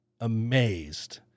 amazed